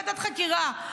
ועדת חקירה?